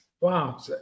wow